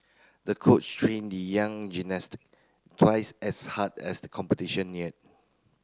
the coach trained the young gymnast twice as hard as the competition neared